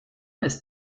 ist